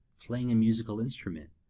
playing a musical instrument,